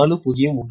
24 0